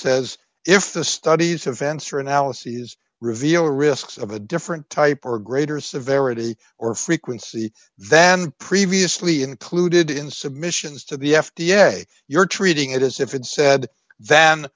says if the studies have fencer analyses reveal risks of a different type or greater severity or frequency than previously included in submissions to the f d a you're treating it as if it's said th